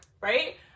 right